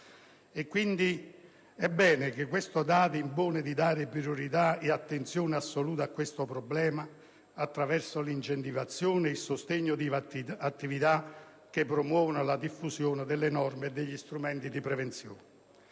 quindi, questo dato ci impone di dare priorità e attenzione assoluta a questo problema attraverso l'incentivazione e il sostegno ad attività che promuovano la diffusione delle norme e degli strumenti di prevenzione.